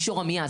מישור עמיעז,